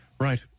Right